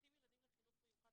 שולחים ילדים לחינוך מיוחד,